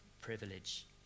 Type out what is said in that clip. privilege